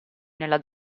nella